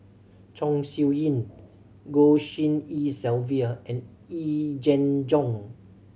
Chong Siew Ying Goh Tshin En Sylvia and Yee Jenn Jong